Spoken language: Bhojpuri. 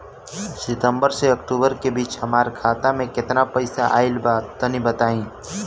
सितंबर से अक्टूबर के बीच हमार खाता मे केतना पईसा आइल बा तनि बताईं?